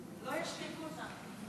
לא ישתיקו אותנו.